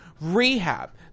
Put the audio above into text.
rehab